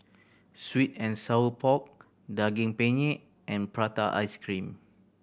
sweet and sour pork Daging Penyet and prata ice cream